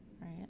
right